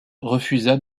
refusa